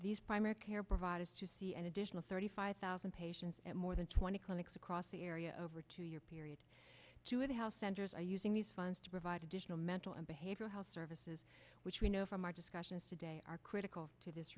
these primary care providers to see an additional thirty five thousand patients at more than twenty clinics across the area over two year period two and how centers are using these funds to provide additional mental and behavioral health services which we know from our discussions today are critical to this